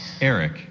Eric